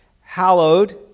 hallowed